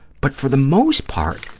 but for the most part,